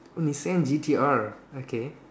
Nissan G T R okay